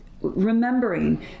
remembering